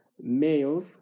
Males